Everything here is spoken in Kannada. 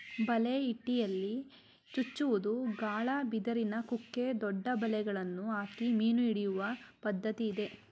ಬಲೆ, ಇಟಿಯಲ್ಲಿ ಚುಚ್ಚುವುದು, ಗಾಳ, ಬಿದಿರಿನ ಕುಕ್ಕೆ, ದೊಡ್ಡ ಬಲೆಗಳನ್ನು ಹಾಕಿ ಮೀನು ಹಿಡಿಯುವ ಪದ್ಧತಿ ಇದೆ